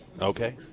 Okay